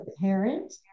parent